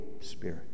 Spirit